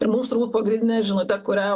ir mums turbūt pagrindinė žinutė kurią